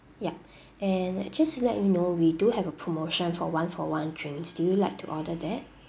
yup and just to let you know we do have a promotion for one-for-one drinks do you like to order that